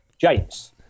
James